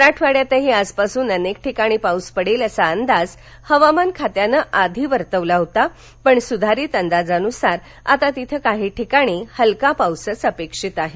मराठवाड़यातही आजपासून अनेक ठिकाणी पाऊस पडेल असा अंदाज हवामानखात्यानं आधी वर्तवला होता पण सुधारित अंदाजानुसार आता तिथे काही ठिकाणी हलका पाऊसच अपेक्षित आहे